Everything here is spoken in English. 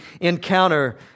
encounter